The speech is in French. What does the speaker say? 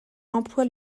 emploie